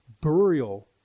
burial